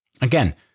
Again